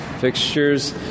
fixtures